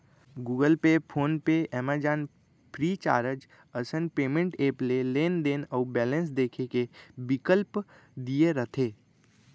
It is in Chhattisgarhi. Google Pay, PhonePe, Amazon, Freecharge असन पेंमेंट ऐप ले लेनदेन अउ बेलेंस देखे के बिकल्प दिये रथे